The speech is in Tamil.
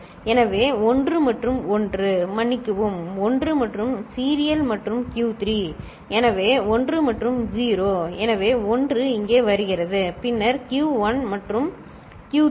எனவே 1 மற்றும் 1 மன்னிக்கவும் 1 மற்றும் சீரியல் மற்றும் Q3 எனவே 1 மற்றும் 0 எனவே 1 இங்கே வருகிறது பின்னர் Q1 மற்றும் Q3 சரி